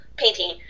painting